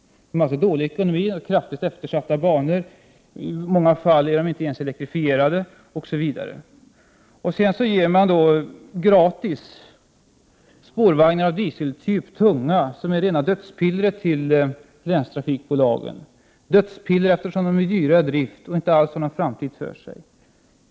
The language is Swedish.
De har alltså dålig ekonomi och kraftigt eftersatta banor, i många fall inte ens elektrifierade, osv. Sedan ger man länstrafikbolagen gratis tunga spårvagnar av dieseltyp, som är rena dödspillren för länstrafikbolagen, eftersom de är dyra i drift och inte alls har någon framtid för sig.